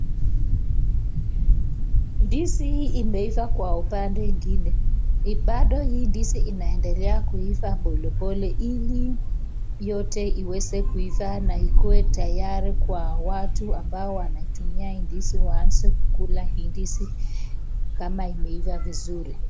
Ndizi imeiva kwa upande ingine. Bado hii ndizi inaendelea kuiva polepole ili vyote iweze kuiva na ikuwe tayari kwa watu ambao wanaitumia ndizi waanze kukula ndizi kama imeiva vizuri.